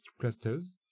clusters